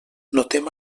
notem